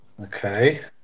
Okay